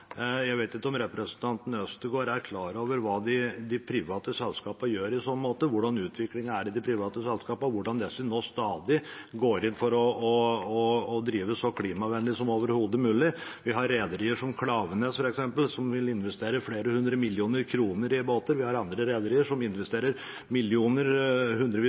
Jeg vet ikke om representanten Øvstegård er klar over hva de private selskapene gjør i så måte, hvordan utviklingen i de private selskapene er, og hvordan disse stadig går inn for å drive så klimavennlig som overhodet mulig. Det er rederier, f.eks. Klaveness, som vil investere flere hundre millioner kroner i båter. Det er andre rederier som investerer hundrevis av millioner